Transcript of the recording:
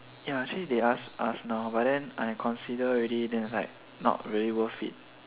ya actually they ask us now but I consider already then it's like not really worth it